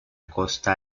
costa